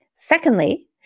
Secondly